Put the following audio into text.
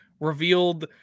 revealed